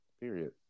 Period